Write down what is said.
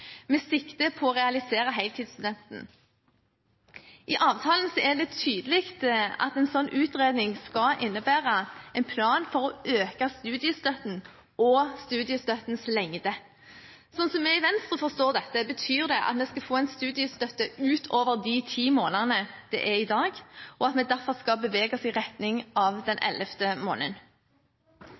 med sikte på å realisere heltidsstudenten. I avtalen står det tydelig at en slik utredning skal innebære en plan for å øke studiestøtten og studiestøttens lengde. Slik vi i Venstre forstår dette, betyr det at vi skal få en studiestøtte utover de ti månedene det er i dag, og at vi derfor skal bevege oss i retning av den ellevte måneden.